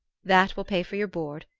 that will pay for your board,